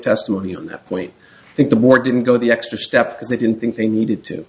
testimony on that point that the war didn't go the extra step because they didn't think they needed to